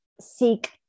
seek